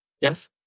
Yes